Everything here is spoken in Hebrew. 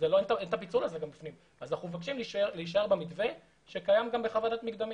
אנחנו מבקשים להישאר במתווה שקיים גם בחוות דעת מקדמית.